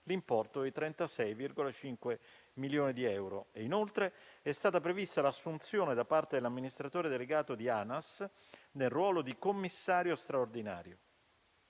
l'importo di 36,5 milioni di euro. Inoltre, è stata prevista l'assunzione da parte dell'amministratore delegato di ANAS nel ruolo di commissario straordinario,